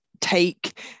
take